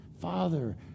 Father